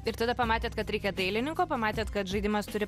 ir tada pamatėt kad reikia dailininko pamatėt kad žaidimas turi